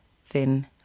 thin